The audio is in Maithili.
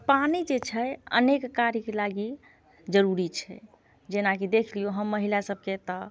पानि जे छै अनेक कार्यके लागि जरूरी छै जेनाकि देख लियौ हम महिला सभके तऽ